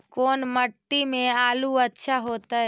कोन मट्टी में आलु अच्छा होतै?